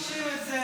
מרגישים את זה,